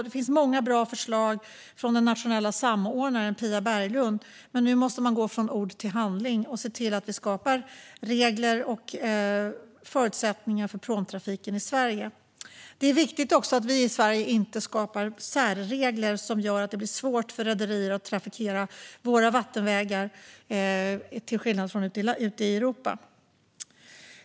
Det finns många bra förslag från den nationella samordnaren Pia Berglund, men nu måste regeringen gå från ord till handling och skapa regler och förutsättningar för pråmtrafiken i Sverige. Det är då viktigt att Sverige inte skapar särregler som gör det svårt för rederier att trafikera våra vattenvägar, till skillnad från dem i övriga Europa.